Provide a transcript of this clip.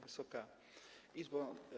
Wysoka Izbo!